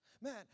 Man